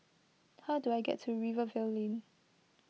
how do I get to Rivervale Lane